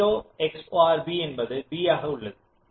0 XOR b என்பது b ஆக உள்ளது